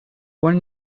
one